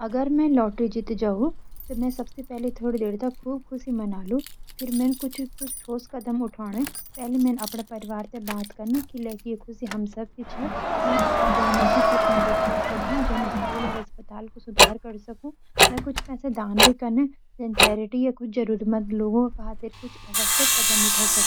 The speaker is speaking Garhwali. अगर मैं लाटरी जीती जाऊं त मैं सबसी पहली त थोड़ी देर तक खूब खुशी मानोलू फिर मैं कुछ न कुछ ठोस कदम उठोन पहली मैंन अपड़ा परिवार दगड़ी बात कन्न किलकी यह खुशी हम सब की छ। मैन अपडा गांव मंजी कुछ मदद कर सकू जन स्कूल और अस्पताल कु सुधार कर सकू, मैन कुछ पैसा दान भी कन जन चैरिटी या कोई जरूरत मंद लोगों का खातिर कुछ आवश्यक कदम उठाए सकू।